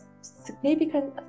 significant